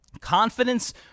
Confidence